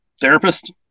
therapist